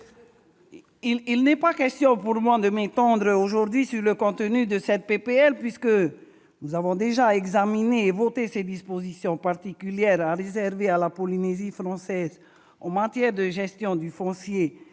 Il n'est pas question pour moi de m'étendre aujourd'hui sur le contenu de cette proposition de loi, puisque nous avons déjà examiné et voté ces dispositions spécifiques à la Polynésie française en matière de gestion du foncier